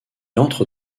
entre